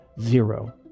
zero